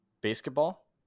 Basketball